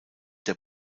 der